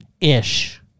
ish